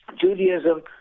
Judaism